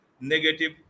negative